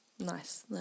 Nice